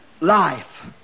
life